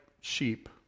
sheep